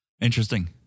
Interesting